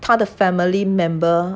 他的 family member